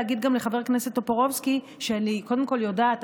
להגיד גם לחבר הכנסת טופורובסקי שאני קודם כול יודעת.